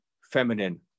feminine